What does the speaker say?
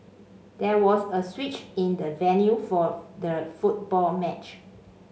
there was a switch in the venue for the football match